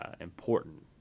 important